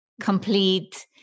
complete